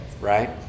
right